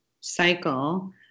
cycle